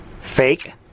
Fake